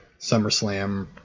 SummerSlam